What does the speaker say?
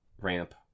ramp